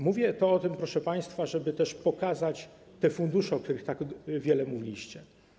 Mówię o tym, proszę państwa, żeby pokazać fundusze, o których tak wiele mówiliście.